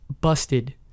busted